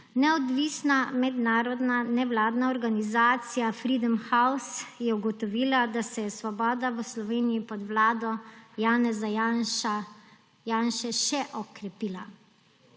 Neodvisna mednarodna nevladna organizacija Freedom House je ugotovila, da se je svoboda v Sloveniji pod vlado Janeza Janše še okrepila.